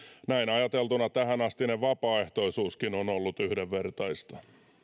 ajateltuna tähänastinen vapaaehtoisuuskin on ollut yhdenvertaista